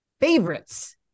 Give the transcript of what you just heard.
FAVORITES